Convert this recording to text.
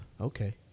Okay